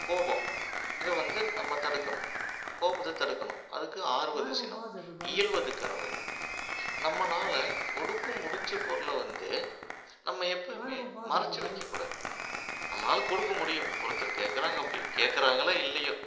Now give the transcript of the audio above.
கோபம் இதை வந்து நம்ம தடுக்கணும் கோபத்தை தடுக்கணும் அதுக்கு ஆறுவது சினம் இயல்வது கரவேல் நம்மனால கொடுக்க முடிஞ்ச பொருளை வந்து நம்ம எப்பையுமே மறைச்சு வைக்கக் கூடாது நம்மளால் கொடுக்க முடியும் ஒருத்தர் கேட்குறாங்க அப்படி கேட்குறாங்களோ இல்லையோ